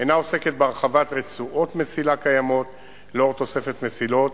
אינה עוסקת בהרחבת רצועות מסילה קיימות לאור תוספת מסילות,